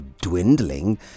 dwindling